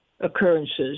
occurrences